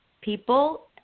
people